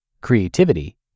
creativity